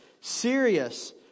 serious